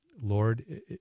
Lord